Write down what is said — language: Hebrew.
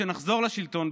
כשנחזור לשלטון,